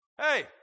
Hey